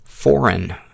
Foreign